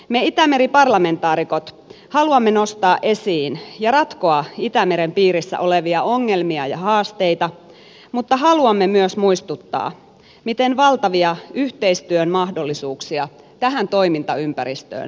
me itämeri parlamentaarikot haluamme nostaa esiin ja ratkoa itämeren piirissä olevia ongelmia ja haasteita mutta haluamme myös muistuttaa miten valtavia yhteistyön mahdollisuuksia tähän toimintaympäristöön liittyy